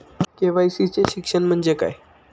KYC चे शिक्षण म्हणजे काय?